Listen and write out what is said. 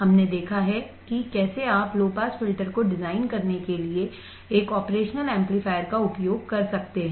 हमने देखा है कि कैसे आप लो पास फिल्टर को डिजाइन करने के लिए एक ऑपरेशनल एम्पलीफायर का उपयोग कर सकते हैं